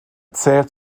zählt